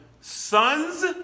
sons